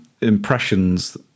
impressions